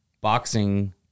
Boxing